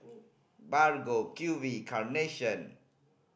Bargo Q V Carnation